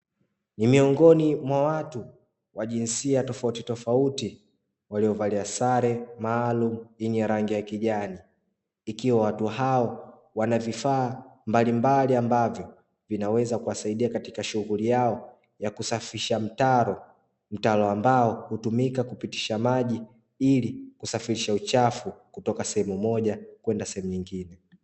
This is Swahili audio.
Ni miongoni mwa watu wa jinsia tofautitofauti, waliovalia sare maalumu yenye rangi ya kijani, ikiwa watu hao wana vifaa mbalimbali ambavyo vinaweza kuwasaidia katika shughuli yao ya kusafisha mtaro. Mtaro ambao hutumika kupitisha maji ili kusafisha uchafu kutoka sehemu moja kwenda sehemu nyingine.